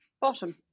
Bottom